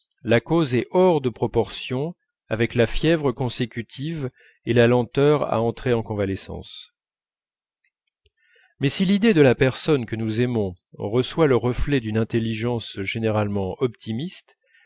la cause est hors de proportions avec la fièvre consécutive et la lenteur à entrer en convalescence mais si l'idée de la personne que nous aimons reçoit le reflet d'une intelligence généralement optimiste